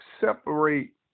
separate